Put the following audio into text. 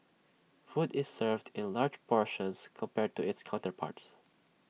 food is served in large portions compared to its counterparts